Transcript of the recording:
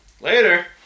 Later